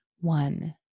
one